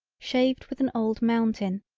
shaved with an old mountain,